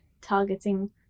targeting